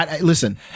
Listen